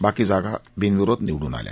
बाकी जागा बिनविरोध निवडून आल्या